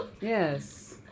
yes